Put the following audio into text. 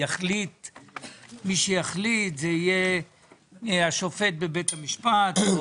אבל מי שיחליט זה יהיה השופט בבית המשפט או